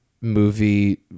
movie